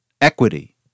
equity